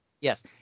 Yes